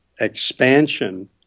expansion